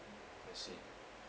I see